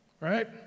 right